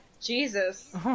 Jesus